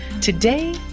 Today